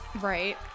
right